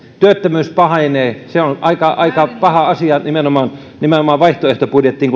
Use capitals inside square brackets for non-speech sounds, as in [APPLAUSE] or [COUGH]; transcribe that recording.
työttömyys pahenee se on aika aika paha asia nimenomaan nimenomaan vaihtoehtobudjettiin [UNINTELLIGIBLE]